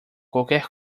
qualquer